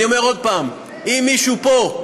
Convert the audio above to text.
אני אומר עוד פעם: אם מישהו פה,